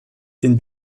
den